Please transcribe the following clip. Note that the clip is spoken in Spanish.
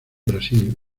brasil